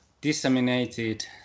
disseminated